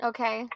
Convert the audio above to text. Okay